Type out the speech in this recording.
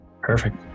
Perfect